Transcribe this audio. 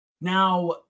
Now